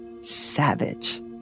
savage